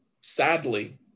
sadly